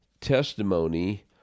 testimony